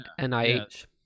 NIH